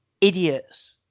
Idiots